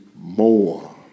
more